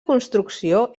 construcció